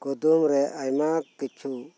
ᱠᱩᱫᱩᱢ ᱨᱮ ᱟᱭᱢᱟ ᱠᱤᱪᱷᱩ